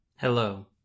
Hello